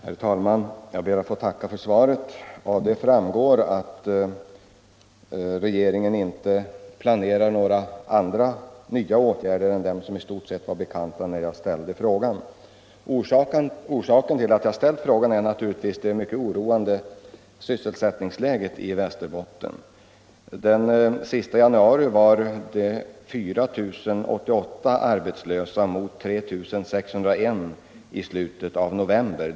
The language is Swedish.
Herr talman! Jag ber att få tacka för svaret, av vilket framgår att regeringen inte planerar några andra åtgärder än dem som i stort sett var kända när jag ställde frågan. Orsaken till att jag ställt denna fråga är naturligtvis det mycket oroande sysselsättningsläget i Västerbotten. Den sista januari var 4 088 personer arbetslösa mot 3 610 i slutet av november.